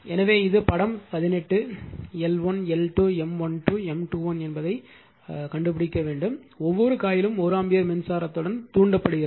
எனவே இது படம் 18 L1 L2 M12 M21 என்பதைக் கண்டுபிடிக்க வேண்டும் ஒவ்வொரு காயிலும் 1 ஆம்பியர் மின்சாரத்துடன் தூண்டப்படுகிறது